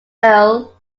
earl